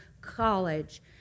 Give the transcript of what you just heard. College